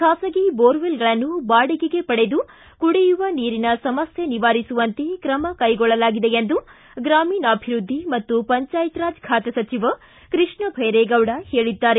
ಖಾಸಗಿ ಬೋರ್ವೆಲ್ಗಳನ್ನು ಬಾಡಿಗೆಗೆ ಪಡೆದು ಕುಡಿಯುವ ನೀರಿನ ಸಮಸ್ಯೆ ನಿವಾರಿಸುವಂತೆ ತ್ರಮ ಕೈಗೊಳ್ಳಲಾಗಿದೆ ಎಂದು ಗ್ರಾಮೀಣಾಭಿವೃದ್ಧಿ ಮತ್ತು ಪಂಚಾಯತ್ರಾಜ್ ಖಾತೆ ಸಚಿವ ಕೃಷ್ಣ ಭೈರೇಗೌಡ ಹೇಳಿದ್ದಾರೆ